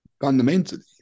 fundamentally